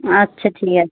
আচ্ছা ঠিক আছে